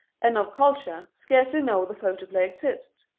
and of culture, scarcely know the photoplay exists.